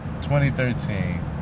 2013